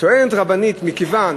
טוענת רבנית, מכיוון